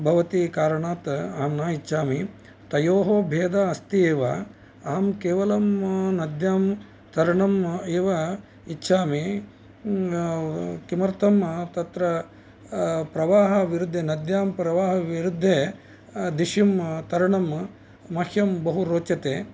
भवति कारणात् अहं न इच्छामि तयोः भेदः अस्ति एव अहं केवलं नद्यां तरणम् एव इच्छामि किमर्थं तत्र प्रवाहविरुद्धे नद्यां प्रवाहविरुद्धे दिशिं तरणं मह्यं बहु रोचते